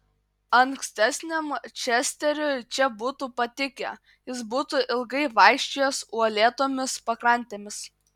ankstesniam česteriui čia būtų patikę jis būtų ilgai vaikščiojęs uolėtomis pakrantėmis